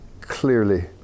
clearly